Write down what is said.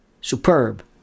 superb